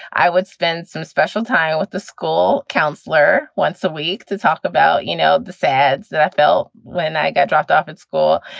i would spend some special time with the school counselor once a week to talk about, you know, the fads that i felt when i got dropped off at school.